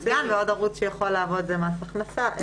עוד ערוץ שיכול לעבוד זה מס הכנסה.